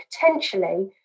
potentially